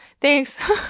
thanks